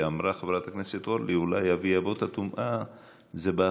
אמרה חברת הכנסת אורלי: אולי אבי אבות הטומאה זה בהפרטה.